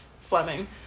Fleming